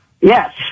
Yes